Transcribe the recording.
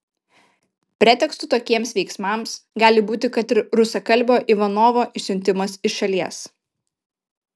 pretekstu tokiems veiksmams gali būti kad ir rusakalbio ivanovo išsiuntimas iš šalies